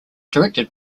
directed